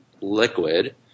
liquid